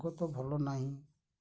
ଆଗ ତ ଭଲ ନାହିଁ